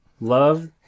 love